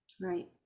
Right